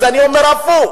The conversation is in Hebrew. אני אומר הפוך: